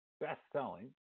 best-selling